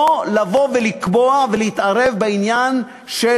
שלא לבוא ולקבוע ולהתערב בעניין של